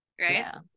right